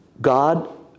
God